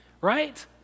Right